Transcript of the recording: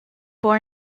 born